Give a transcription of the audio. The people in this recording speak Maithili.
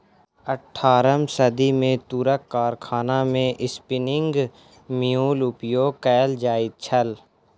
अट्ठारम सदी मे तूरक कारखाना मे स्पिन्निंग म्यूल उपयोग कयल जाइत छल